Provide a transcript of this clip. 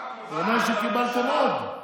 הוא אומר שקיבלתם עוד.